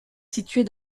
située